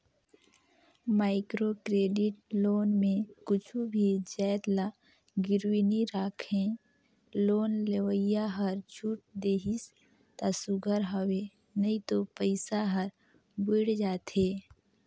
micro credit loan में कुछु भी जाएत ल गिरवी नी राखय लोन लेवइया हर छूट देहिस ता सुग्घर हवे नई तो पइसा हर बुइड़ जाथे